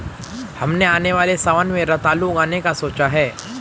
हमने आने वाले सावन में रतालू उगाने का सोचा है